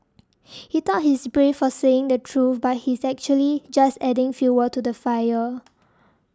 he thought he's brave for saying the truth but he's actually just adding fuel to the fire